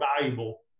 valuable